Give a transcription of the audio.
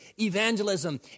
evangelism